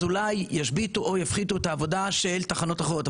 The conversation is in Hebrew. אז אולי ישביתו או יפחיתו את העבודה של תחנות אחרות.